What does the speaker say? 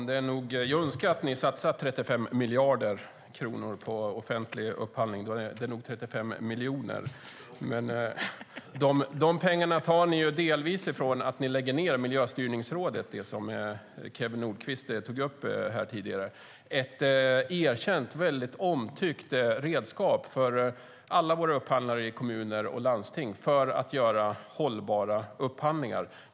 Herr talman! Jag önskar att ni satsade 35 miljarder, Eskil Erlandsson, på offentlig upphandling, men det är nog 35 miljoner. De pengarna tar ni delvis från Miljöstyrningsrådet som ni lägger ned, vilket Kew Nordqvist tog upp tidigare. Miljöstyrningsrådet ett erkänt och mycket omtyckt redskap för att alla våra upphandlare i kommuner och landsting ska kunna göra hållbara upphandlingar.